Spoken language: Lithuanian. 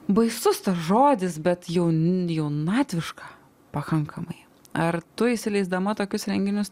baisus tas žodis bet jauni jaunatviška pakankamai ar tu įsileisdama tokius renginius